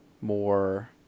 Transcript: more